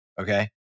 Okay